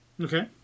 okay